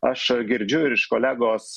aš girdžiu ir iš kolegos